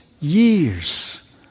years